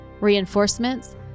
reinforcements